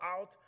out